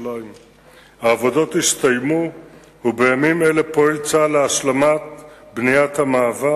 שאין עליהם מבנים ואין סיבה להוציאם מחוץ לגדר.